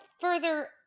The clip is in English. further